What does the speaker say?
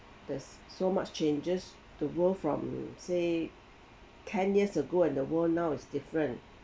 there's so much changes the world from say ten years ago and the world now is different